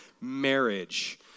marriage